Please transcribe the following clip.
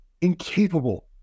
incapable